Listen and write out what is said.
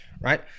Right